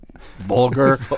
vulgar